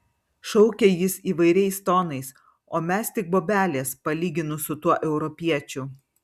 šaukė jis įvairiais tonais o mes tik bobelės palyginus su tuo europiečiu